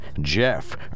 Jeff